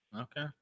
Okay